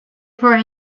for